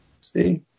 See